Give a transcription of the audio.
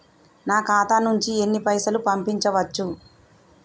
నా ఖాతా నుంచి ఎన్ని పైసలు పంపించచ్చు?